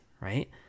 right